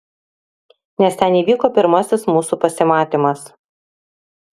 nes ten įvyko pirmasis mūsų pasimatymas